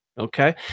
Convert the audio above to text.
Okay